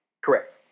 Correct